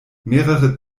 mehrere